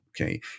Okay